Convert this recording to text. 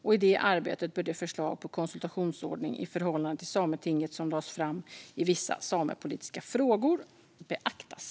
I det arbetet bör det förslag på konsultationsordning i förhållande till Sametinget som lades fram i Vissa samepolitiska frågor beaktas.